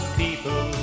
people